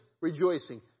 rejoicing